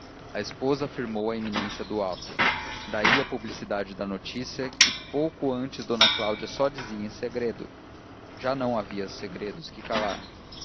a esposa afirmou a iminência do ato daí a publicidade da notícia que pouco antes d cláudia só dizia em segredo já não havia segredos que calar